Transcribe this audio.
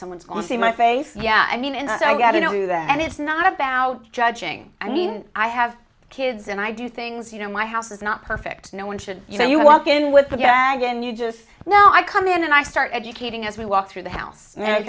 someone's going to see my face yeah i mean and i got to do that and it's not about judging i mean i have kids and i do things you know my house is not perfect no one should you know you walk in with a bag and you just know i come in and i start educating as we walk through the house